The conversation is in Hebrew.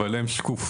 אבל הן שקופות,